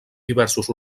diversos